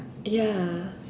ya